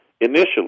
Initially